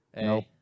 Nope